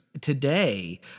today